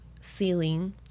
ceiling